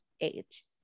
age